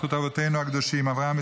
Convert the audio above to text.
זכות אבותינו הקדושים אברהם,